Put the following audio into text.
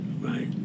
right